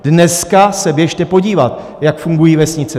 Dneska se běžte podívat, jak fungují vesnice.